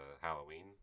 Halloween